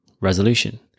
Resolution